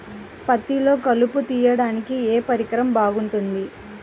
పత్తిలో కలుపు తీయడానికి ఏ పరికరం బాగుంటుంది?